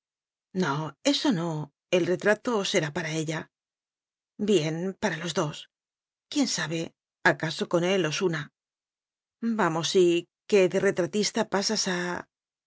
no eso no el rétrato será para ella bien para los dos quién sabe acasp con él os una biblioteca nacional de españa vamos sí que de retratista pasas a